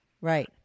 Right